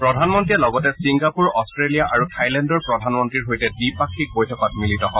প্ৰধানমন্ত্ৰীয়ে লগতে Singapore Australia আৰু থাইলেণ্ডৰ প্ৰধানমন্ত্ৰীৰ সৈতে দ্বিপাক্ষিক বৈঠকত মিলিত হয়